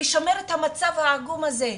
לשמר את המצב העגום הזה,